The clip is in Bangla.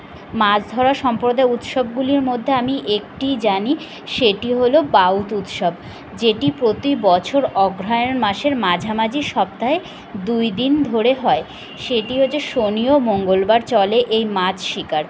মাছ ধরা সম্প্রদায় উৎসবগুলির মধ্যে আমি একটি জানি সেটি হলো বাউত উৎসব যেটি প্রতি বছর অগ্রহায়ণ মাসের মাঝামাঝি সপ্তাহে দুই দিন ধরে হয় সেটি হচ্ছে শনি ও মঙ্গলবার চলে এই মাছ শিকার